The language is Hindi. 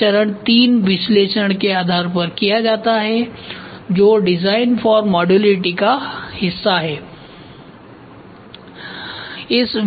तो यह चरण III विश्लेषण के आधार पर किया जाता है जो डिजाइन फॉर मॉड्यूलरिटी का हिस्सा है